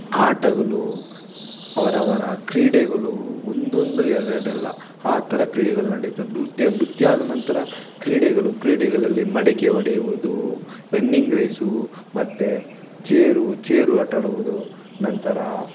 ಆಟಗಳು ಅವರವರ ಕ್ರೀಡೆಗಳು ಒಂದೊಂದು ಎರಡಲ್ಲ ಆ ಥರ ಕ್ರೀಡೆಗಳು ನಡಿತದೆ ನೃತ್ಯ ನೃತ್ಯ ಆದ ನಂತರ ಕ್ರೀಡೆಗಳು ಕ್ರೀಡೆಗಳಲ್ಲಿ ಮಡಕೆ ಒಡೆಯುವುದು ರನ್ನಿಂಗ್ ರೇಸು ಮತ್ತು ಚೇರು ಚೇರು ಆಟ ಆಡುವುದು ನಂತರ